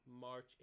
March